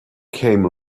came